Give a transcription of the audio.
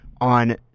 on